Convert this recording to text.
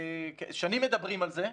שנים מדברים על זה.